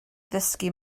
ddysgu